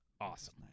awesome